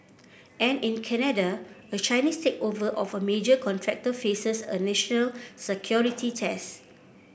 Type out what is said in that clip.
and in Canada a Chinese takeover of a major contractor faces a national security test